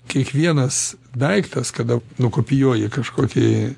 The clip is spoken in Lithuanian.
kiekvienas daiktas kada nukopijuoji kažkokį